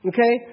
Okay